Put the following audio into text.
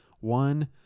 one